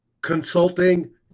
consulting